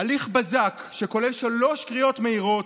הליך בזק שכולל שלוש קריאות מהירות,